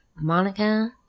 Monica